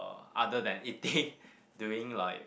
other than eating during like